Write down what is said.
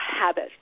habit